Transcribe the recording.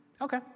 okay